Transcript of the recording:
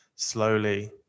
slowly